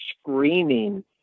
screaming